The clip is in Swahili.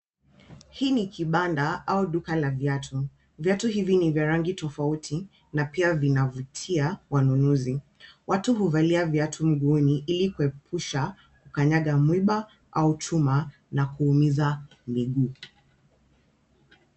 Hii ni kibanda au duka la viatu. Viatu hivi ni vya rangi tofauti na pia vinavutia wanunuzi. Watu huvalia viatu mguuni ili kuepusha kukanyanga mwiba au chuma na kuumiza miguu.